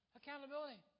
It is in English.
accountability